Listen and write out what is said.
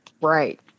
right